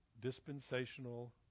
dispensational